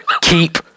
keep